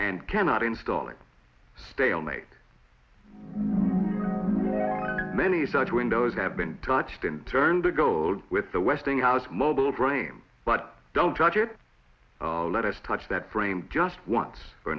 and cannot install a stalemate many such windows have been touched in turn to go with the westinghouse mobile brame but don't touch it let us touch that frame just once for